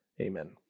Amen